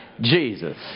Jesus